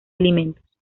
alimentos